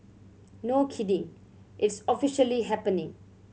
no kidding it's officially happening